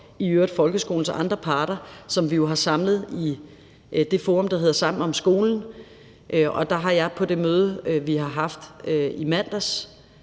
i øvrigt folkeskolens andre parter, som vi jo har samlet i det forum, der hedder Sammen om skolen, og der har jeg på det møde, vi havde i mandags